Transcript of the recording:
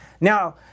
Now